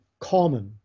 common